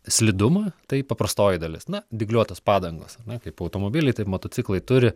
slidumą tai paprastoji dalis na dygliuotos padangos na kaip automobiliai taip motociklai turi